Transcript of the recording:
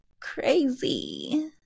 crazy